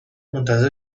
منتظر